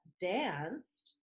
danced